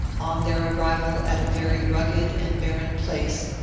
on their arrival at a very rugged and barren place,